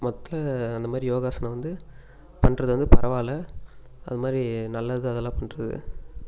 மொதல அந்த மாதிரி யோகாசனம் வந்து பண்ணுறது வந்து பரவாயில்லை அது மாதிரி நல்லது அதெல்லாம் பண்ணுறது